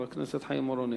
חבר הכנסת חיים אורון,